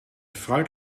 fruit